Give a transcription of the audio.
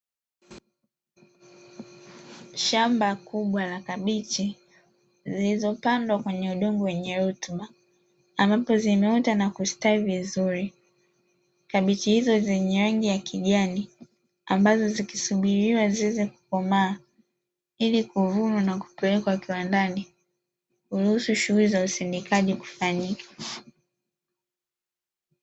Shamba kubwa la kabichi zilizopndwa kwenye udongo wenye rutuba ambapo zimeota na kustawi vizuri. Kabichi hizo zenye rangi ya kijani, ambazo zikisubiriwa ziweze kukomaa ili kuvunwa na kupelekwa kiwandani kuruhusu shughuli za usindikaji kufanyika.